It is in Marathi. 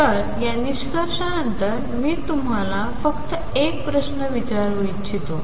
तर या निष्कर्षानंतर मी तुम्हाला फक्त एक प्रश्न विचारू इच्छितो